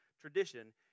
tradition